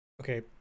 okay